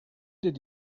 did